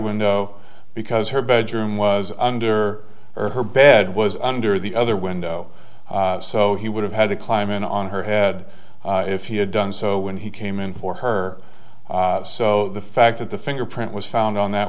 window because her bedroom was under her bed was under the other window so he would have had to climb in on her head if he had done so when he came in for her so the fact that the fingerprint was found on that